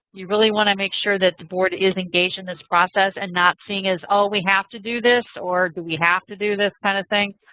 you really want to make sure that the board is engaged in this process and not seeing it as, oh, we have to do this. or do we have to do this kind of thing?